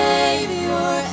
Savior